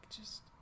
just-